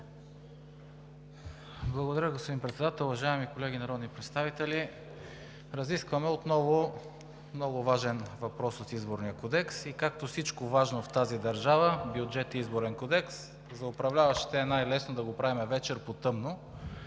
Благодаря, господин Председател. Уважаеми колеги народни представители! Разискваме отново много важен въпрос от Изборния кодекс и както всичко важно в тази държава – бюджет и Изборен кодекс, за управляващите е най-лесно да го правим вечер, по тъмно,